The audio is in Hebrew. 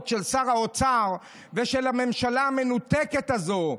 של שר האוצר ושל הממשלה המנותקת הזאת.